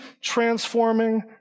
transforming